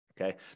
Okay